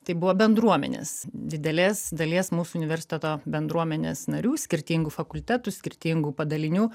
tai buvo bendruomenės didelės dalies mūsų universiteto bendruomenės narių skirtingų fakultetų skirtingų padalinių